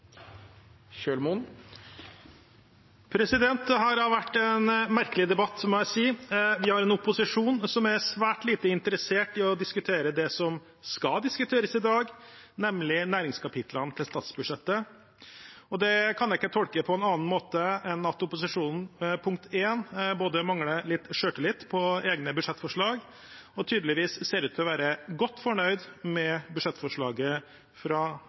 har vært en merkelig debatt, må jeg si. Vi har en opposisjon som er svært lite interessert i å diskutere det som skal diskuteres i dag, nemlig næringskapitlene til statsbudsjettet. Det kan jeg ikke tolke på en annen måte enn at opposisjonen både mangler litt selvtillit på egne budsjettforslag og tydeligvis ser ut til å være godt fornøyd med budsjettforslaget fra